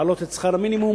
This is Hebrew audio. להעלות את שכר המינימום